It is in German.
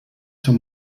zur